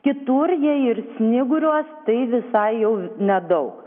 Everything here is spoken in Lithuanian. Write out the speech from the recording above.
kitur jei ir snyguriuos tai visai jau nedaug